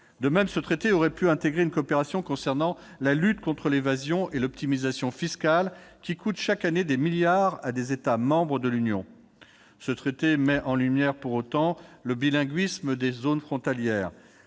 De même, il aurait pu intégrer une coopération concernant la lutte contre l'évasion et l'optimisation fiscales, qui coûtent chaque année des milliards à des États membres de l'Union. Ce traité met en lumière le bilinguisme des zones frontalières.